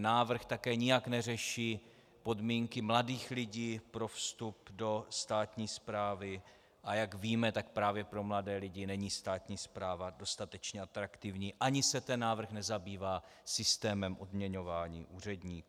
Návrh také nijak neřeší podmínky mladých lidí pro vstup do státní správy, a jak víme, tak právě pro mladé lidi není státní správa dostatečně atraktivní, ani se návrh nezabývá systémem odměňování úředníků.